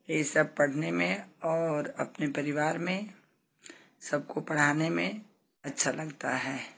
ये सब पढ़ने में और अपने परिवार में सबको पढ़ाने में अच्छा लगता है